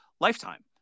lifetime